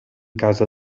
casa